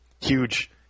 huge